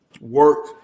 work